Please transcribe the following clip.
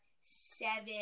seven